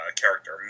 character